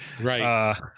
right